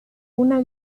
una